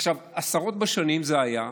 עשרות בשנים זה היה,